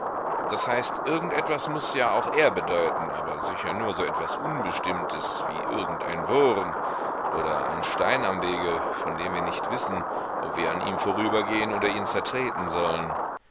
das heißt irgend etwas muß ja auch er bedeuten aber sicher nur etwas so unbestimmtes wie irgendein wurm oder ein stein am wege von dem wir nicht wissen ob wir an ihm vorübergehen oder ihn zertreten sollen